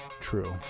True